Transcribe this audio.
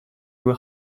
will